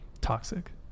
Toxic